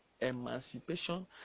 emancipation